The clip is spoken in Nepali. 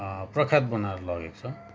प्रख्यात बनाएर लगेको छ